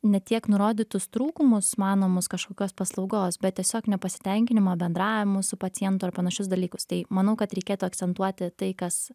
ne tiek nurodytus trūkumus manomus kažkokios paslaugos bet tiesiog nepasitenkinimą bendravimu su pacientu ar panašius dalykus tai manau kad reikėtų akcentuoti tai kas